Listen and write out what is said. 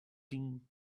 din